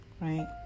Right